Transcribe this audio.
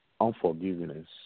unforgiveness